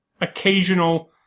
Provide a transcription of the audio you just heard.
occasional